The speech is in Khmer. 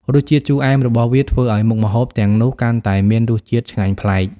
រសជាតិជូរអែមរបស់វាធ្វើឲ្យមុខម្ហូបទាំងនោះកាន់តែមានរសជាតិឆ្ងាញ់ប្លែក។